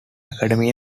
academy